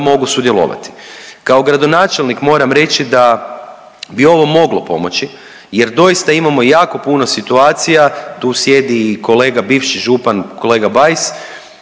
mogu sudjelovati. Kao gradonačelnik moram reći da bi ovo moglo pomoći jer doista imamo jako puno situacija, tu sjedi i kolega bivši župan kolega Bajs,